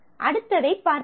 அடுத்ததைப் பார்ப்போம்